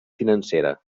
financera